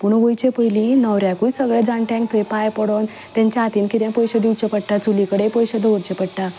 पूण वयचे पयलीं न्हवऱ्याकूय सगल्यां जाणट्यांक थंय पांया पडून तांच्या हातीन किदेंय पयशे दिवचे पडटा चुली कडेन पयशे दवरचे पडटा